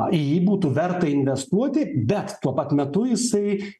į jį būtų verta investuoti bet tuo pat metu jisai